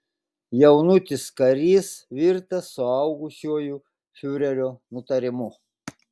jaunutis karys virtęs suaugusiuoju fiurerio nutarimu